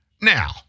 Now